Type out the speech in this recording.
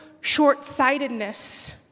short-sightedness